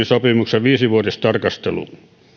sopimuksen viisivuotistarkastelun yhteydessä talousvaliokunta viittaa